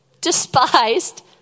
Despised